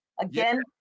again